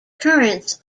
currents